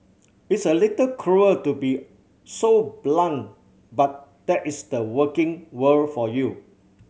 it's a little cruel to be so blunt but that is the working world for you